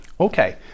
Okay